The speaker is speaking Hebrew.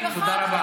תודה רבה.